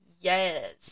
Yes